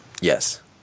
Yes